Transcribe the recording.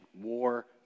war